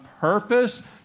purpose